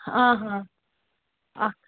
آ ہاں اَکھ